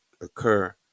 occur